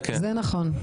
זה נכון.